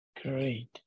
Great